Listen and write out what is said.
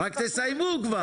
רק תסיימו כבר.